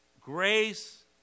grace